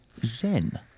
zen